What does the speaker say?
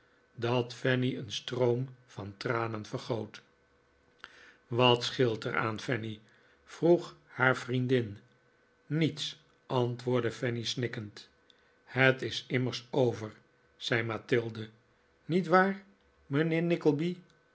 dat fanny een stroom van tranen vergoot wat scheelt er aan fanny vroeg haar vriendin niets antwoordde fanny snikkend het is immers over zei mathilde niet waar mijnheer